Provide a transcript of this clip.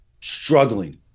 struggling